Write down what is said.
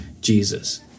Jesus